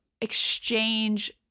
exchange